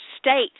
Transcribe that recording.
state